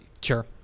Sure